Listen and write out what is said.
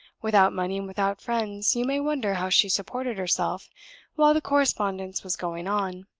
without money and without friends, you may wonder how she supported herself while the correspondence was going on.